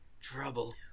trouble